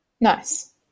Nice